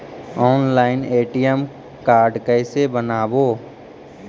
Online ATM card कैसे बनाबौ?